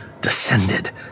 descended